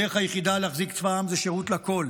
הדרך היחידה להחזיק צבא עם זה שירות לכול.